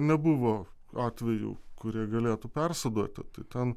nebuvo atvejų kurie galėtų persiduoti tai ten